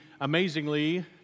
amazingly